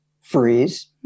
freeze